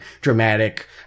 dramatic